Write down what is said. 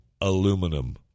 aluminum